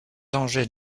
dangers